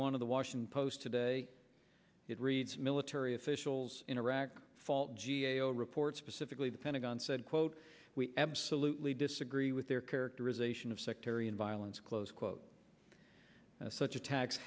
one of the washington post today it reads military officials in iraq fall g a o report specifically the pentagon said quote we absolutely disagree with their characterization of sectarian violence close quote such attacks